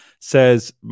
says